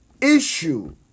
issue